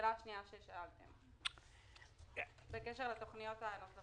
לשאלה השנייה ששאלתם בקשר לתוכניות הנוכחיות.